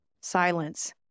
Silence